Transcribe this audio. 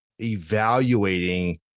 evaluating